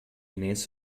ineens